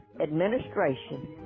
administration